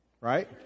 right